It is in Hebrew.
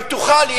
גם תוכל,